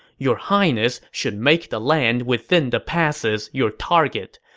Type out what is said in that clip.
your highness should make the land within the passes your target.